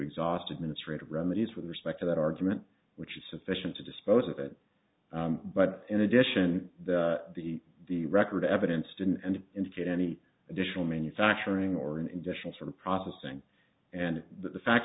exhaust administrative remedies with respect to that argument which is sufficient to dispose of it but in addition the the record evidence did and indicate any additional manufacturing or an indefinite sort of processing and the fact